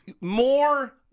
more